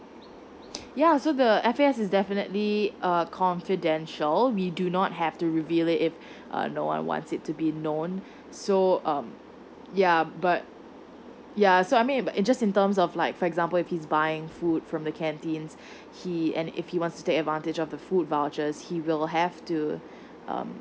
ya so the F_A_S is definitely um confidential we do not have to reveal it if no one wants it to be known so um ya but ya so I mean but it just in terms of like for example if he's buying food from the canteen he and if he wants to take advantage of the food vouchers he will have to um